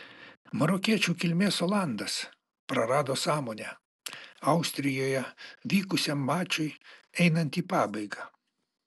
marokiečių kilmės olandas prarado sąmonę austrijoje vykusiam mačui einant į pabaigą